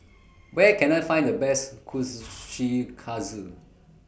Where Can I Find The Best Kushikatsu